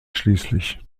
schließlich